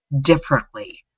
differently